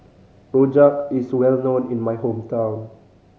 rojak is well known in my hometown